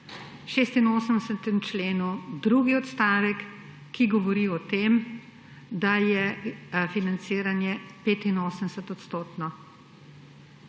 86. členu drugi odstavek, ki govori o tem, da je financiranje 85 %. Potem